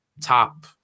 top